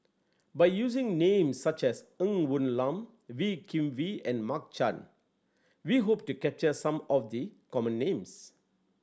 by using names such as Ng Woon Lam Wee Kim Wee and Mark Chan we hope to capture some of the common names